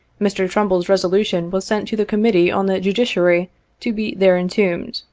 mr. trumbull's resolution was sent to the committee on the judiciary to be there entombed,